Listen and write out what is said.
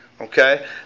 Okay